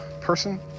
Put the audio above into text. person